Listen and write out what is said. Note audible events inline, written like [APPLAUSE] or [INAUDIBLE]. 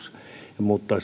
mutta [UNINTELLIGIBLE]